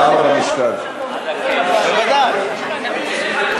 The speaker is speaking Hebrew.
כל ההבטחות של יאיר לפיד,